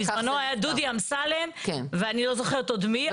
בזמנו היה דודי אמסלם ואני לא זוכרת עוד מי,